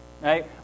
right